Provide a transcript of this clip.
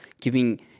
giving